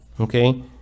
okay